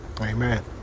amen